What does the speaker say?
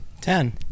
Ten